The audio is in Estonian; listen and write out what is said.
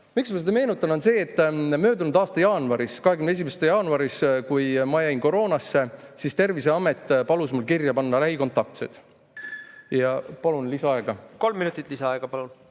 Miks ma seda meenutan, on see, et möödunud aasta jaanuaris, 21. jaanuaril, kui ma jäin koroonasse, siis Terviseamet palus mul kirja panna lähikontaktsed. Palun lisaaega. Kolm minutit lisaaega, palun!